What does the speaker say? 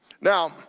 Now